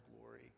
glory